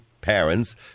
parents